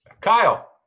Kyle